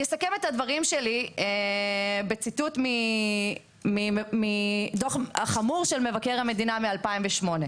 אני אסכם את הדברים שלי בציטוט מדוח חמור של מבקר המדינה מ-2008.